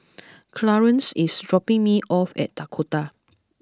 Clarance is dropping me off at Dakota